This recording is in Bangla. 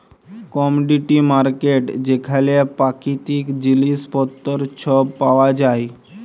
কমডিটি মার্কেট যেখালে পাকিতিক জিলিস পত্তর ছব পাউয়া যায়